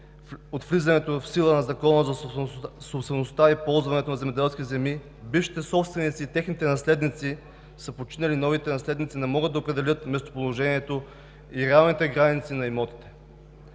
от влизането в сила на Закона за собствеността и ползването на земеделски земи бившите собственици и техните наследници са починали и новите наследници не могат да определят местоположението и реалните граници на имотите.